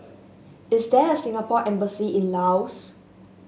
is there a Singapore Embassy in Laos